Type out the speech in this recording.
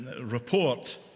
report